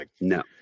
No